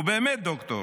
הוא באמת דוקטור.